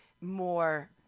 more